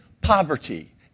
poverty